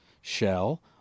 shell